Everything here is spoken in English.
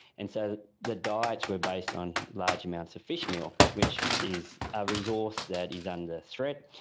and so the diets were based on large amounts of fish meal, which is a resource that is under threat,